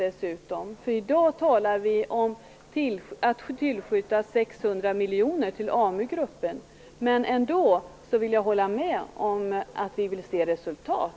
I dag talar vi om att tillskjuta 600 miljoner kronor till Amu-gruppen. Men jag vill ändå hålla med om att vi vill se resultat.